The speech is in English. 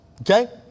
Okay